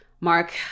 Mark